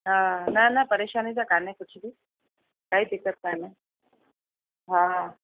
हा न न परेशानी त कान्हे कुझु बि काई दिक़त काने हा